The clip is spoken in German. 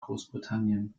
großbritannien